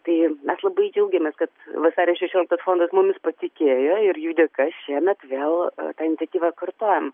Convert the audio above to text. tai mes labai džiaugiamės kad vasario šešioliktos fondas mumis patikėjo ir jų dėka šiemet vėl tą iniciatyvą kartojam